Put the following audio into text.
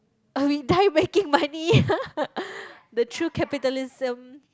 uh we die making money the true capitalism